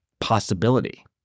possibility